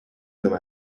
dove